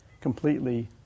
completely